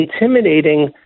intimidating